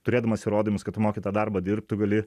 turėdamas įrodymus kad tu moki tą darbą dirbt tu gali